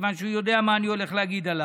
מכיוון שהוא יודע מה אני הולך להגיד עליו,